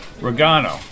Regano